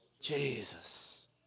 Jesus